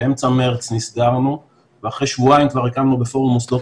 באמצע מרץ נסגרנו ואחרי שבועיים כבר הקמנו בפורום מוסדות